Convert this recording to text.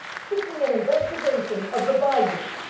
seeking an investigation of the bidens.